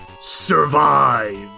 SURVIVE